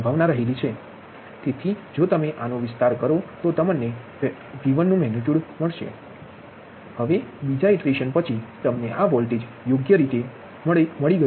તેથી જો તમે આનો વિસ્તાર કરો છો તો તે મેગ્નીટ્યુડ બની જશે V1 હવે બીજા ઇટરેશન પછી તમને આ વોલ્ટેજ યોગ્ય રીતે બીજા ઇટરેશન પછી મળી ગયું છે